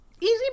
easy